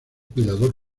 cuidador